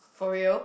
for real